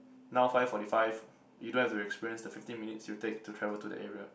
now five forty five you don't have to experience the fifteen minutes you take to travel to the area